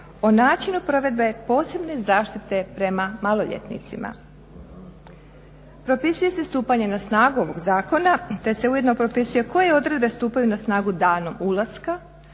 o načinu provedbe posebne zaštite prema maloljetnicima. Propisuje se stupanje na snagu ovog zakona te se ujedno propisuje koje odredbe stupaju na snagu danom ulaska